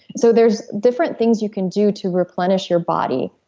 so there's different things you can do to replenish your body.